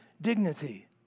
dignity